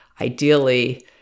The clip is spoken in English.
ideally